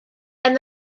and